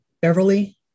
Beverly